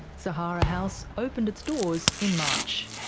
sahara house opened its doors in march.